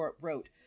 wrote